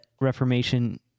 Reformation